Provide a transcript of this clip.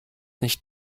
nicht